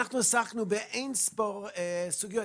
עסקנו באין-ספור סוגיות.